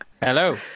Hello